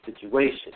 situation